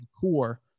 core